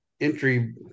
entry